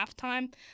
halftime